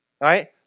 right